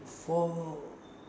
four